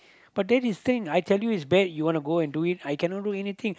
but then this thing I tell you it's bad you wanna go and do it I cannot do anything